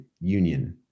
Union